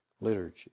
liturgy